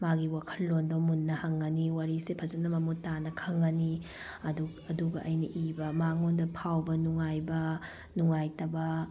ꯃꯥꯒꯤ ꯋꯥꯈꯜꯂꯣꯟꯗꯣ ꯃꯨꯟꯅ ꯈꯪꯂꯅꯤ ꯋꯥꯔꯤꯁꯦ ꯐꯖꯅ ꯃꯃꯨꯠ ꯇꯥꯅ ꯈꯪꯂꯅꯤ ꯑꯗꯨꯒ ꯑꯩꯅ ꯏꯕ ꯃꯉꯣꯟꯗ ꯐꯥꯎꯕ ꯅꯨꯡꯉꯥꯏꯕ ꯅꯨꯡꯉꯥꯏꯇꯕ